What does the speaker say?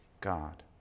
God